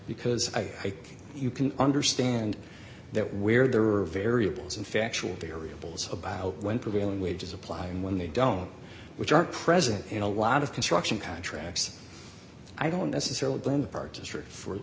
because i you can understand that where there are variables and factual variables about when prevailing wages apply and when they don't which are present in a lot of construction contracts i don't necessarily blame the parties for for the